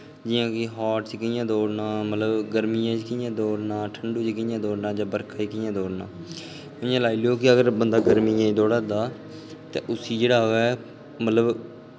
जि'यां कि हाट च कि'यां दौड़ना गर्मियें च कि'यां दौड़ना जां ठंडू च कि'यां दौड़ना जां बरखा च कि'यां दौड़ना इ'यां लाई लैओ कि बंदा अगर गर्मियें च दौड़ा दा ते उस्सी जेह्ड़ा ऐ मतलब